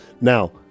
Now